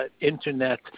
internet